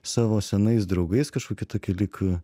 savo senais draugais kažkokį tokį lyg